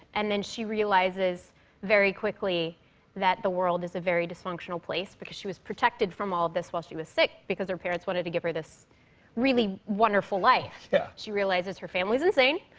and then she realizes very quickly that the world is a very dysfunctional place because she was protected from all of this while she was sick because her parents wanted to give her this really wonderful life. yeah. she realizes her family is insane.